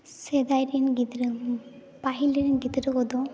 ᱥᱮᱫᱟᱭ ᱨᱮᱱ ᱜᱤᱫᱽᱨᱟᱹ ᱯᱟᱹᱦᱤᱞ ᱨᱮᱱ ᱜᱤᱫᱽᱨᱟᱹ ᱠᱚᱫᱚ